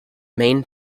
main